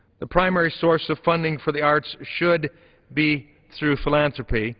the primary source of funding for the arts should be through philanthropy